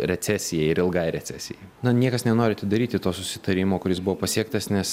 recesijai ir ilgai recesijai na niekas nenori daryti to susitarimo kuris buvo pasiektas nes